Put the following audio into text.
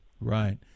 Right